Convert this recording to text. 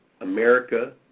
america